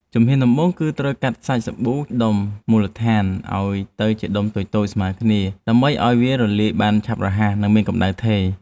ជំហានដំបូងគឺត្រូវកាត់សាច់សាប៊ូដុំមូលដ្ឋានឱ្យទៅជាដុំតូចៗស្មើគ្នា ដើម្បីឱ្យវារលាយបានរហ័ស និងមានកម្ដៅថេរ។